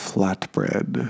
Flatbread